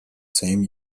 same